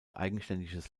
eigenständiges